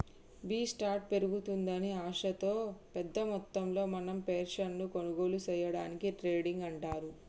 B start పెరుగుతుందని ఆశతో పెద్ద మొత్తంలో మనం షేర్లను కొనుగోలు సేయడాన్ని ట్రేడింగ్ అంటారు